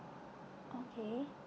okay